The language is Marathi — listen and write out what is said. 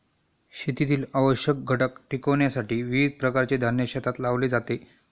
शेतीतील आवश्यक घटक टिकविण्यासाठी विविध प्रकारचे धान्य शेतात लावले जाते